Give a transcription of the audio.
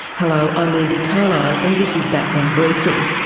hello, i'm wendy carlisle and this is background briefing.